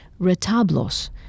retablos